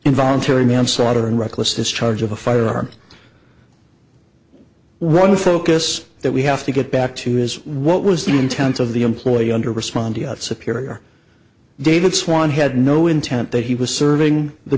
involuntary manslaughter and reckless discharge of a firearm when the focus that we have to get back to is what was the intent of the employee under respondeat superior david swann had no intent that he was serving the